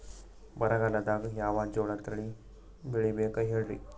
ಬರಗಾಲದಾಗ್ ಯಾವ ಜೋಳ ತಳಿ ಬೆಳಿಬೇಕ ಹೇಳ್ರಿ?